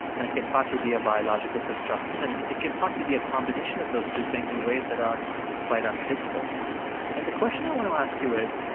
and it can partly be a biological construction, and it can partly be a combination of those two things in ways that are quite unpredictable and the question i want to ask you is,